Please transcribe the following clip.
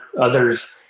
others